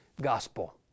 gospel